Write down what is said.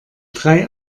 drei